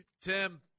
Tim